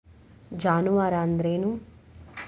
ಜಾನುವಾರು ಅಂದ್ರೇನು?